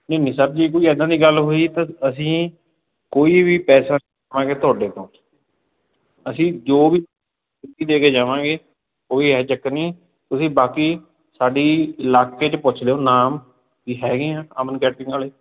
ਨਹੀਂ ਨਹੀਂ ਸਰ ਜੇ ਕੋਈ ਇੱਦਾਂ ਦੀ ਗੱਲ ਹੋਈ ਤਾਂ ਅਸੀਂ ਕੋਈ ਵੀ ਪੈਸਾ ਨੀ ਲਵਾਂਗੇ ਤੁਹਾਡੇ ਤੋਂ ਅਸੀਂ ਜੋ ਵੀ ਦੇ ਕੇ ਜਾਵਾਂਗੇ ਕੋਈ ਐਹ ਚੱਕਰ ਨੀ ਤੁਸੀਂ ਬਾਕੀ ਸਾਡੀ ਇਲਾਕੇ 'ਚ ਪੁੱਛ ਲਿਓ ਨਾਮ ਵੀ ਹੈਗੇ ਆ ਅਮਨ ਕੈਟਰਿੰਗ ਵਾਲੇ